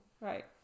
Right